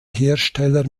hersteller